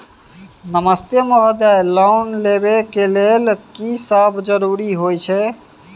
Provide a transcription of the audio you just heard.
नमस्ते महोदय, लोन लेबै के लेल की सब जरुरी होय छै?